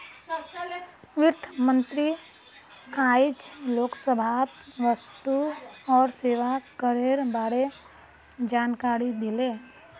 वित्त मंत्री आइज लोकसभात वस्तु और सेवा करेर बारे जानकारी दिले